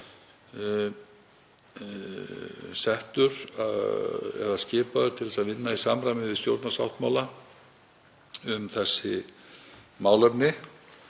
er skipaður til að vinna í samræmi við stjórnarsáttmála um þessi málefni,